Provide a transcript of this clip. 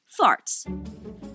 farts